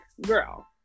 girl